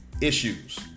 issues